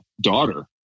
daughter